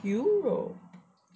europe